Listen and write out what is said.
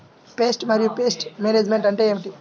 Pest మరియు pest management అంటే ఏమిటి?